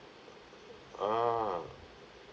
ah